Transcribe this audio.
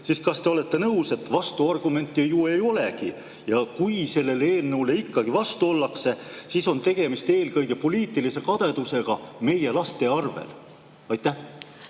siis kas te olete nõus, et vastuargumente ju ei olegi. Kui sellele eelnõule ikkagi vastu ollakse, siis on tegemist eelkõige poliitilise kadedusega meie laste arvel. Suur